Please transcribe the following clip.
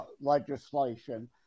legislation